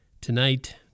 tonight